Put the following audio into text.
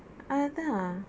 அதான்:athaan